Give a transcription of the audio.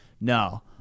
no